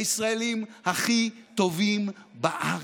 הישראלים הכי טובים בארץ.